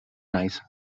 naiz